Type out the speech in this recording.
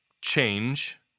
change